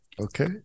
Okay